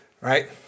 right